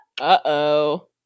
Uh-oh